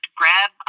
grab